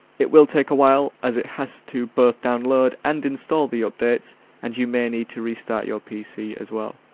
it will take a while as it has to both download and install the updates and you may need to restart your pc as well.